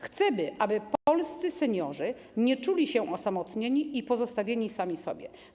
Chcemy, aby polscy seniorzy nie czuli się osamotnieni i pozostawieni sami sobie.